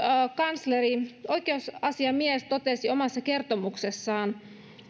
kanssa oikeusasiamies totesi omassa kertomuksessaan